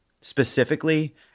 specifically